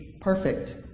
perfect